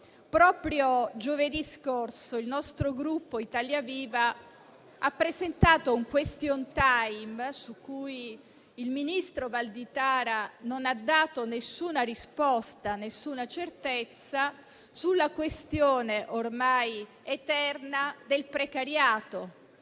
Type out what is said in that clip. Proprio giovedì scorso il nostro Gruppo Italia Viva ha presentato un *question time*, su cui il ministro Valditara non ha dato alcuna risposta o certezza, sulla questione ormai eterna del precariato.